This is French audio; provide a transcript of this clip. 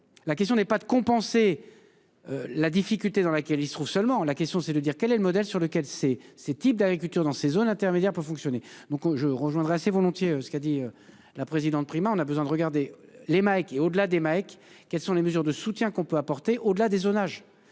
La question n'est pas de compenser. La difficulté dans laquelle il se trouve seulement la question c'est de dire quel est le modèle sur lequel c'est ces types d'agriculture dans ces zones intermédiaires pour fonctionner. Donc je rejoindrai assez volontiers ce qu'a dit la présidente Prima. On a besoin de regarder les mecs. Et au-delà des mecs. Quelles sont les mesures de soutien qu'on peut apporter au delà des zonages